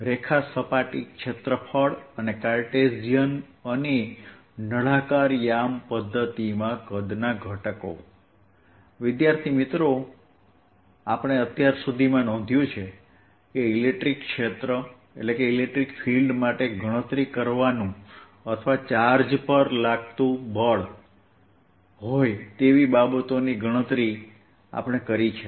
રેખા સપાટી ક્ષેત્રફળ અને કાર્ટેઝીયન અને નળાકાર યામ પધ્ધતિમાં કદના ઘટકો આપણે અત્યાર સુધી નોંધ્યું છે કે ઇલેક્ટ્રિક ક્ષેત્ર માટે ગણતરી કરવાનું અથવા ચાર્જ પર બળ લાગતું હોય તેવી બાબતોની ગણતરી કરવાનું કામ આપણે કર્યું છે